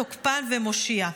תוקפן ומושיע,